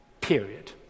Period